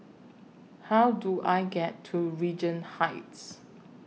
How Do I get to Regent Heights